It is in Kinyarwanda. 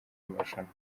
amarushanwa